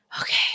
okay